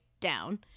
down